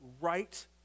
right